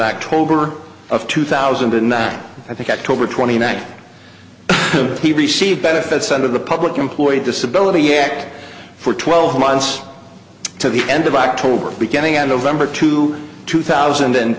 over of two thousand and nine i think i told her twenty nine he received benefits under the public employee disability act for twelve months to the end of october beginning of november to two thousand and